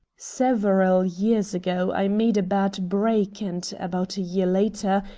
several years ago i made a bad break and, about a year later,